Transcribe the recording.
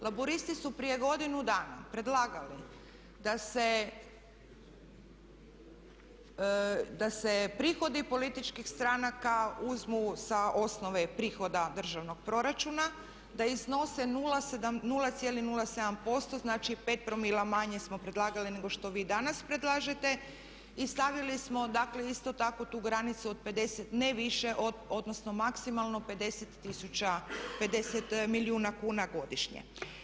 Laburisti su prije godinu dana predlagali da se prihodi političkih stranaka uzmu sa osnove prihoda državnog proračuna, da iznose 0,07% znači 5 promila manje smo predlagali nego što vi danas predlažete i stavili smo dakle isto tako tu granicu od 50, ne više od odnosno maksimalno 50 milijuna kuna godišnje.